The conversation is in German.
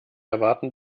erwarten